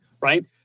right